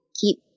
keep